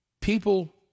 People